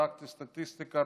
בדקתי את הסטטיסטיקה,